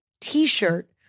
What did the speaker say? t-shirt